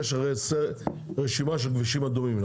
יש הרי רשימה של כבישים אדומים,